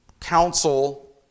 council